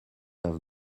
have